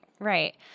Right